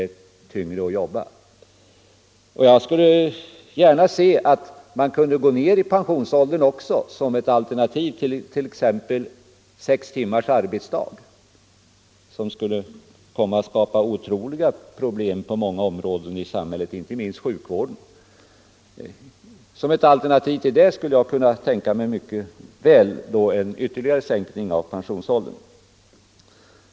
Jag skulle gärna se att man kunde sänka pensionsåldern ytterligare som ett alternativ till en arbetstidsförkortning med exempelvis sex timmars arbetsdag, vilket skulle skapa otroliga problem på många områden i samhället, inte minst inom sjukvården.